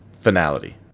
finality